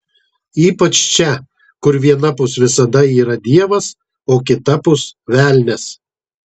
ypač čia kur vienapus visada yra dievas o kitapus velnias